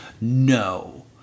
No